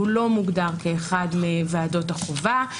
הוא לא מוגדר כאחת מוועדות החובה.